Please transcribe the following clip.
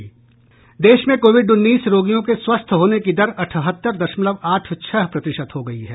देश में कोविड उन्नीस रोगियों के स्वस्थ होने की दर अठहत्तर दशमलव आठ छह प्रतिशत हो गई है